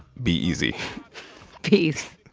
be easy peace